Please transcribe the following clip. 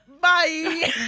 Bye